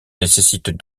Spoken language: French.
nécessitent